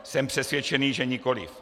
Jsem přesvědčen, že nikoliv.